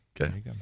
okay